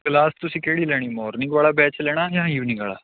class ਤੁਸੀਂ ਕਿਹੜੀ ਲੈਣੀ ਮੌਰਨਿੰਗ ਵਾਲਾ ਬੈਚ ਲੈਣਾ ਜਾਂ ਈਵਨਿੰਗ ਵਾਲਾ